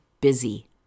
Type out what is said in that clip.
busy